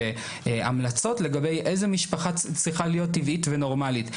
המלצות לגבי איזה משפחה צריכה להיות טבעית ונורמלית.